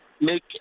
make